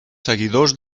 seguidors